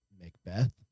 Macbeth